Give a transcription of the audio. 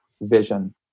vision